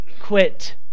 quit